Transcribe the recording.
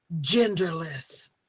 genderless